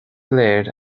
léir